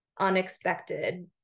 unexpected